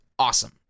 Awesome